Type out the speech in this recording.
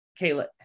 Kayla